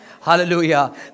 Hallelujah